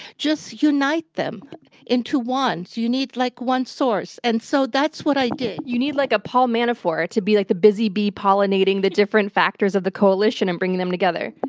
just unite them into one. you need like one source, and so that's what i did. you need like a paul manafort, to be like the busy bee pollinating the different factors of the coalition and bringing them together.